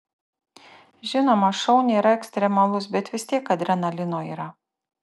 žinoma šou nėra ekstremalus bet vis tiek adrenalino yra